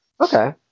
Okay